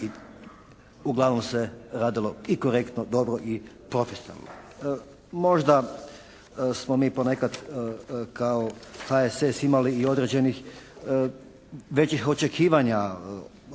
uglavnom se radilo i korektno dobro i profesionalno. Možda smo mi ponekad kao HSS imali i određenih većih očekivanja, odnosno